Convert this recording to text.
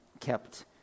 kept